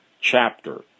chapter